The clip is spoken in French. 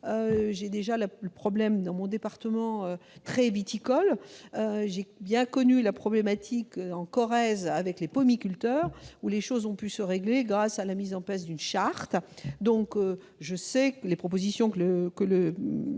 Je connais ce problème dans mon département, qui est très viticole. J'ai aussi bien connu cette problématique en Corrèze avec les pomiculteurs : les choses ont pu se régler grâce à la mise en place d'une charte. Je sais quelles propositions fera M.